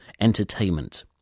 entertainment